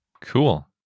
Cool